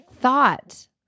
thought